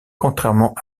contrairement